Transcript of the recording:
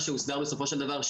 מה שהוסדר בסופו של דבר,